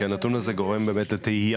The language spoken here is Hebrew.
כי הנתון הזה גורם לתהייה.